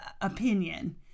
opinion